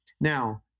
Now